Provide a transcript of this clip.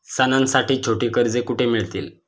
सणांसाठी छोटी कर्जे कुठे मिळतील?